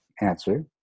answer